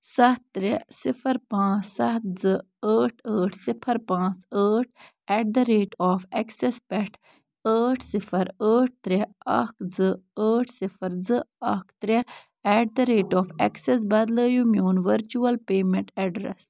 سَتھ ترٛےٚ ٚصِفَر پانٛژھ سَتھ زٕ ٲٹھ ٲٹھ صِفَر پانٛژھ ٲٹھ at the rate of Axis پٮ۪ٹھ ٲٹھ صِفَر ٲٹھ ترٛےٚ اَکھ زٕ ٲٹھ صِفَر زٕ اَکھ ترٛےٚ at the rate of Axis بدلٲیُو میٛون ؤرچِیٛوَل پیمیٚنٛٹ ایٚڈرَس